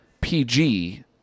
PG